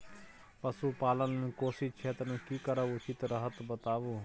पशुपालन लेल कोशी क्षेत्र मे की करब उचित रहत बताबू?